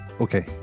okay